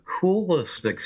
coolest